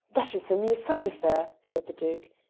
that is a mere side affair, said the duke,